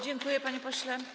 Dziękuję, panie pośle.